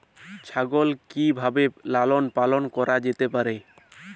ছাগল কি ভাবে লালন পালন করা যেতে পারে?